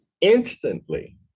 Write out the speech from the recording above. instantly